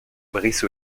brice